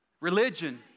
Religion